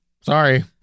Sorry